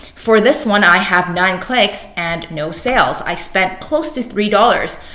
for this one, i have nine clicks and no sales. i spent close to three dollars.